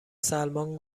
سلمان